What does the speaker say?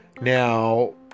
now